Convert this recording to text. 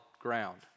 ground